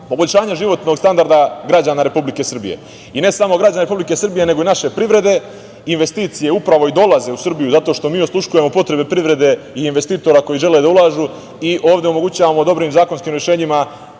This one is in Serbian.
poboljšanje životnog standarda građana Republike Srbije i ne samo građana Republike Srbije, nego i naše privrede. Investicije upravo i dolaze u Srbiju, zato što mi osluškujemo potrebe privrede i investitora koji žele da ulažu i ovde omogućavamo dobrim zakonskim rešenjima